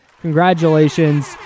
congratulations